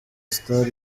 star